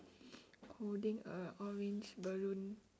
holding a orange balloon